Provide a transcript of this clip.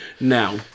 Now